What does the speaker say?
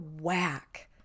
whack